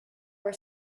were